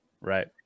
Right